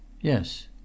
Yes